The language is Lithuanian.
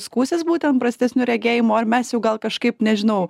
skųsis būtent prastesniu regėjimu ar mes jau gal kažkaip nežinau